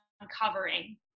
uncovering